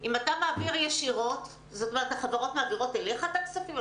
אם אתה מעביר ישירות זה אומר שהחברות מעבירות אליך את הכספים?